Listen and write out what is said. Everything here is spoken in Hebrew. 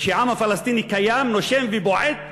שהעם הפלסטיני קיים, נושם ובועט,